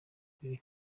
abwira